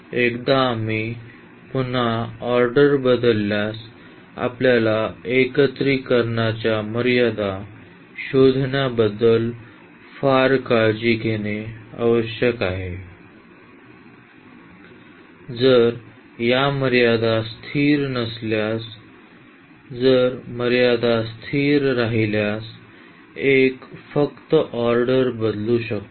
एकदा आम्ही पुन्हा ऑर्डर बदलल्यास आम्हाला एकत्रीकरणाच्या मर्यादा शोधण्याबद्दल फार काळजी घेणे आवश्यक आहे जर या मर्यादा स्थिर नसल्यास जर मर्यादा स्थिर राहिल्यास एक फक्त ऑर्डर बदलू शकतो